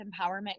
empowerment